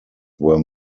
were